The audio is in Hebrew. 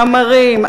מאמרים,